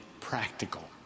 practical